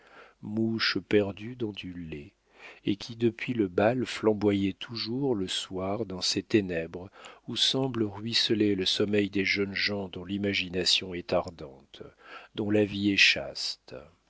mouche perdue dans du lait et qui depuis le bal flamboyait toujours le soir dans ces ténèbres où semble ruisseler le sommeil des jeunes gens dont l'imagination est ardente dont la vie est chaste